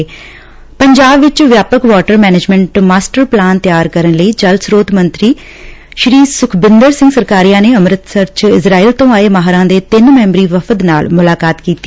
ਪੰਜਾਬ ਵਿੱਚ ਵਿਆਪਕ water management master plan ਤਿਆਰ ਕਰਨ ਲਈ ਜਲ ਸ੍ਰੋਤ ਮੰਤਰੀ ਸੁਖਬਿੰਦਰ ਸਿੰਘ ਸਰਕਾਰੀਆ ਨੇ ਅੰਮ੍ਰਿਤਸਰ 'ਚ ਇਜ਼ਰਾਇਲ ਤੋਂ ਆਏ ਮਾਹਿਰਾਂ ਦੇ ਤਿੰਨ ਮੈਂਬਰੀ ਵਫਦ ਨਾਲ਼ ਮੁਲਾਕਾਤ ਕੀਡੀ